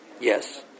yes